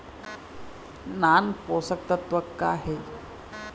नान पोषकतत्व का हे?